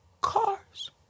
cars